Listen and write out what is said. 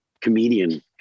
comedian